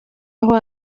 aho